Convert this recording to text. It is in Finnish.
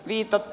kyllä